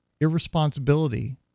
irresponsibility